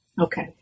Okay